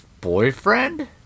boyfriend